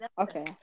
Okay